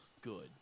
good